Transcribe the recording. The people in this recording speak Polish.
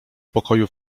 pokoju